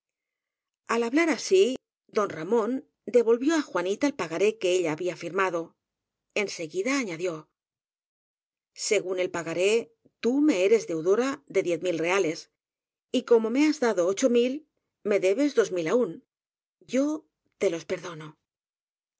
al hablar así don ramón devolvió á juanita el pagaré que ella había firmado en seguida añadió según el pagaré tú me eres deudora de diez mil reales y como me has dado ocho mil me de bes dos mil aún yo te los perdono